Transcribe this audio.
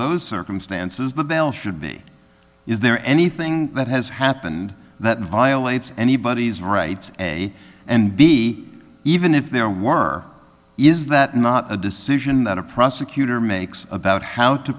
those circumstances the bail should be is there anything that has happened that violates anybody's rights a and b even if there were is that not a decision that a prosecutor makes about how to